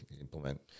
implement